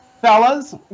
Fellas